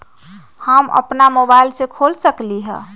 हम अपना मोबाइल से खोल सकली ह?